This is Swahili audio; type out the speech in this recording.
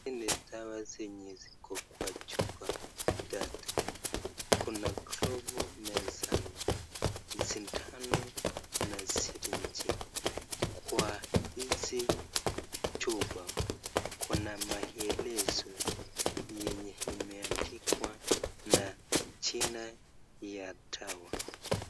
Hizi ni dawa zenye ziko kwa chupa tatu kuna glovu mezani, sindano na sirinji, kwa hizi chupa kuna maelezo yenye imewekwa na jina ya dawa.